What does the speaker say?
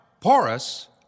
porous